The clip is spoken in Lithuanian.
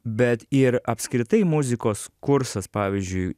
bet ir apskritai muzikos kursas pavyzdžiui